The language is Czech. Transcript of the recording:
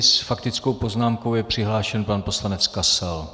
S faktickou poznámkou je přihlášen pan poslanec Kasal.